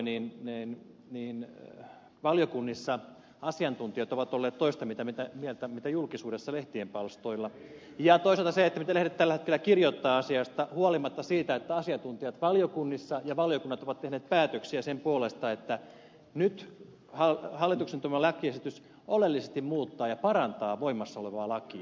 järvinen juuri kertoi valiokunnissa asiantuntijat ovat olleet toista mieltä kuin julkisuudessa lehtien palstoilla ja toisaalta on se mitä lehdet tällä hetkellä kirjoittavat asiasta huolimatta siitä että asiantuntijat valiokunnissa ja valiokunnat ovat tehneet päätöksiä sen puolesta että nyt hallituksen antama lakiesitys oleellisesti muuttaa ja parantaa voimassa olevaa lakia